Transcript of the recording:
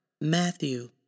Matthew